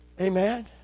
Amen